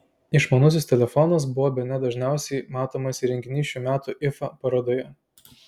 išmanusis telefonas buvo bene dažniausiai matomas įrenginys šių metų ifa parodoje